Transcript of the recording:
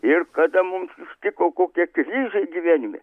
ir kada mums užtiko kokia krizė gyvenime